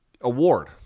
award